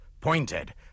pointed